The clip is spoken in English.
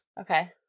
Okay